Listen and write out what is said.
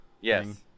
yes